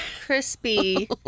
crispy